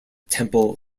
temple